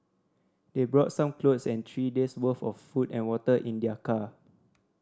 they brought some clothes and three days' worth of food and water in their car